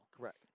Correct